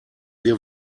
wir